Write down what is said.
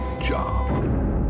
job